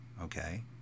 okay